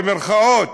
במירכאות?